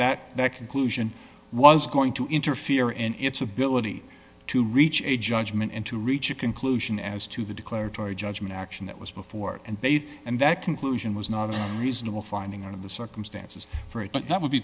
that that conclusion was going to interfere in its ability to reach a judgment and to reach a conclusion as to the declaratory judgment action that was before and they and that conclusion was not a reasonable finding of the circumstances for it that would be